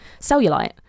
cellulite